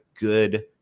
good